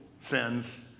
sins